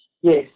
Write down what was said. yes